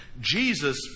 Jesus